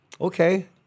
Okay